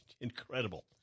incredible